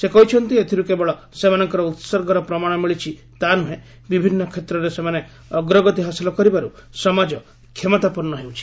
ସେ କହିଛନ୍ତି ଏଥିରୁ କେବଳ ସେମାନଙ୍କର ଉତ୍ଗର ପ୍ରମାଣ ମିଳିଛି ତା' ନୁହେଁ ବିଭିନ୍ନ କ୍ଷେତ୍ରରେ ସେମାନେ ଅଗ୍ରଗତି ହାସଲ କରିବାରୁ ସମାଜ କ୍ଷମତାପନ୍ନ ହେଉଛି